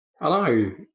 Hello